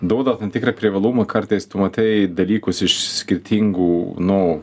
duoda tam tikrą privalumą kartais tu matai dalykus iš skirtingų nu